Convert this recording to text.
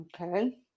okay